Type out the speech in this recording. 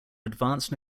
advanced